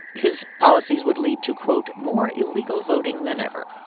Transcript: his policies would lead to, quote, more illegal voting than ever.